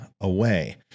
away